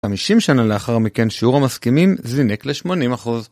50 שנה לאחר מכן שיעור המסכימים זינק ל-80 אחוז.